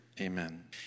Amen